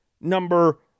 number